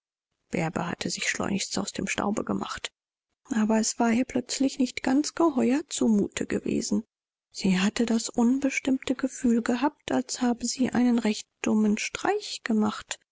bärbe hatte sich schleunigst aus dem staube gemacht aber es war ihr plötzlich nicht ganz geheuer zu mute gewesen sie hatte das unbestimmte gefühl gehabt als habe sie einen recht dummen streich gemacht